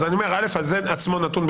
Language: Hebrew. אז אני אומר א' זה נתון בוויכוח,